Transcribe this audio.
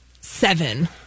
seven